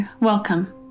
welcome